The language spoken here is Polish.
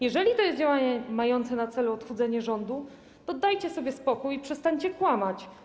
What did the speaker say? Jeżeli to jest działanie mające na celu odchudzenie rządu, to dajcie sobie spokój i przestańcie kłamać.